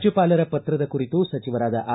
ರಾಜ್ಯಪಾಲರ ಪತ್ರದ ಕುರಿತು ಸಚಿವರಾದ ಆರ್